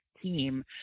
team